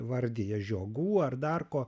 vardija žiogų ar dar ko